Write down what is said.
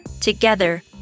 Together